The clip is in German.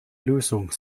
lösung